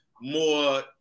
more